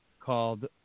called